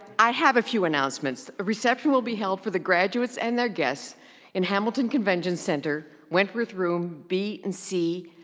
i have a few announcements. reception will be held for the graduates and their guests in hamilton convention center, wentworth room b and c,